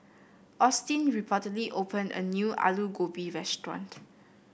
Austin opened a new Alu Gobi restaurant